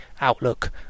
outlook